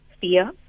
fear